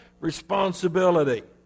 responsibility